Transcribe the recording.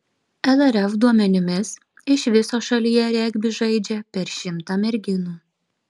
lrf duomenimis iš viso šalyje regbį žaidžia per šimtą merginų